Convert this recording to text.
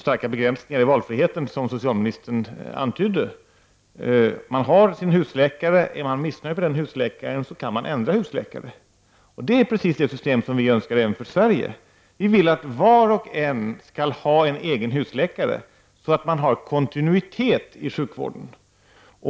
starka begränsningar i valfriheten som socialministern antydde. Man har ju sin husläkare, och om man är missnöjd kan man byta. Det är precis det system som vi önskar skulle gälla för Sverige. Vi vill att var och en skall ha en egen husläkare, så att det blir kontinuitet i sjukvården.